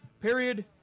period